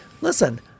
listen